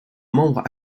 membre